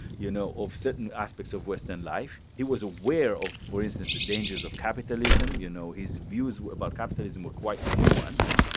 you know, of certain aspects of western life. he was aware of, for instance, the dangers of capitalism. you know, his views about capitalism were quite nuanced.